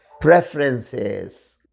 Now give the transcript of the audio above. preferences